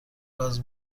گاز